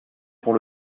pour